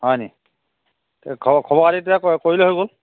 হয় নি তে খবৰ খবৰ খাতি বিলাক কৰি কৰিলেই হৈ গ'ল